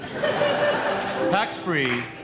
tax-free